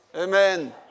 Amen